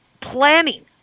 planning